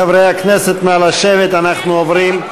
חברי הכנסת, נא לשבת, אנחנו עוברים,